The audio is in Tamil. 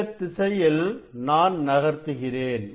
இந்த திசையில் நான் நகர்த்துகிறேன்